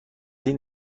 این